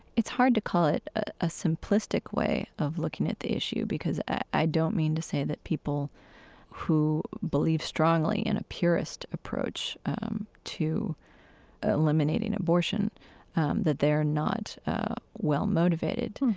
it's hard to call it a simplistic way of looking at the issue, because i don't mean to say that people who believe strongly in a purist approach to eliminating abortion that they are not well motivated,